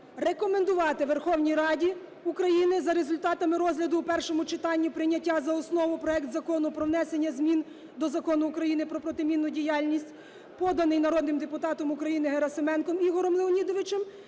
рекомендувати Верховній Раді України за результатами розгляду у першому читанні прийняття за основу проекту Закону про внесення змін до Закону України про протимінну діяльність, поданий народним депутатом України Герасименком Ігорем Леонідовичем